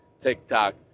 TikTok